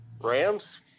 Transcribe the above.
Rams